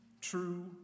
true